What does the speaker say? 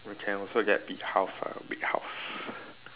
we can also get big house ah big house